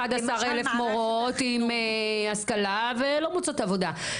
11 אלף מורות עם השכלה ולא מוצאות עבודה.